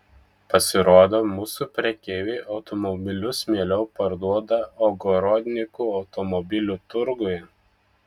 pasirodo mūsų prekeiviai automobilius mieliau parduoda ogorodnikų automobilių turguje